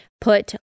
put